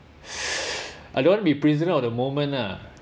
I don't want be prisoner of the moment nah